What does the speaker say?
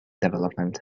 development